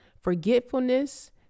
forgetfulness